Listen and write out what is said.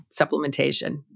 supplementation